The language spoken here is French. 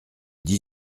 dix